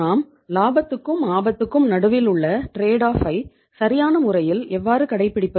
நாம் லாபத்துக்கும் ஆபத்துக்கும் நடுவில் உள்ள ட்ரேட் ஆஃப்ஐ சரியான முறையில் எவ்வாறு கடைப்பிடிப்பது